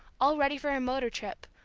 all ready for a motor-trip,